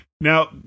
Now